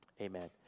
amen